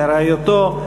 לרעייתו,